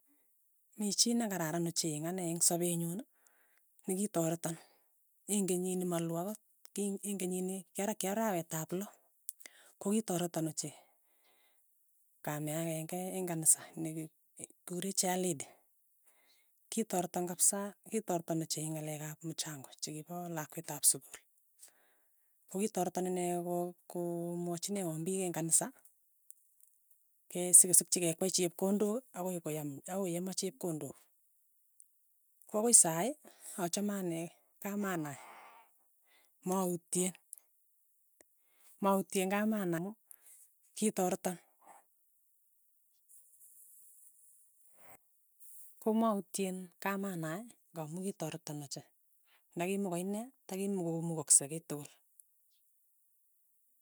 Mi chii nekararan ochei eng' ane eng' sapeenyun, nekitareton, ing'enyini maloo akot, ki ing'enyini kya ki arawet ap lo, kokitareton ochei, kamee akenge eng' kanisa, nekiku kure chair lady, kitoreton kapsa kitoreton ochei eng' ng'alek ap mchango chikipa lakwet ap sukul, kokitoreton inee koo komwachinewa piik eng' kanisa, kee sikesikchi ke kwei chepkondok akoi koyam, akoi yama chepkondok, ko akoi saii, achame ane kamanae, mautyen, mautyen kamana, kitoreto komautyen kamanae ng'amu kitoreton ochei.